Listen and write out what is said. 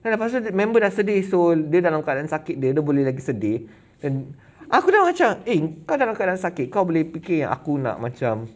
then lepas tu member dah sedih eh so dia dalam keadaan sakit dia dia boleh lagi sedih and aku dah macam eh kan kau dalam keadaan sakit kau boleh fikir yang aku nak macam